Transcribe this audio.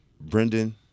Brendan